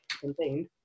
contained